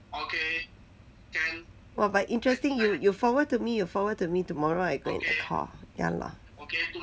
!wah! but interesting you you forward to me you forward to me tomorrow I go call